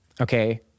okay